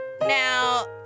Now